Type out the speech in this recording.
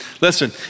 listen